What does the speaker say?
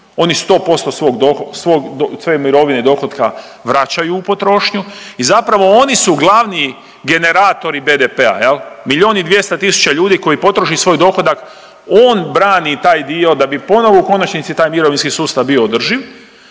oni 100% svoje mirovine, dohotka vraćaju u potrošnju i zapravo oni su glavni generatori BDP-a, milijun i 200 tisuća ljudi koji potroši svoj dohodak, on brani taj dio da bi ponovo u konačnici taj mirovinski sustav bio održiv,